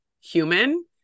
human